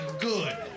good